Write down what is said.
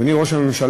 אדוני ראש הממשלה,